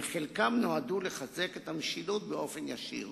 וחלקם נועדו לחזק את המשילות באופן ישיר,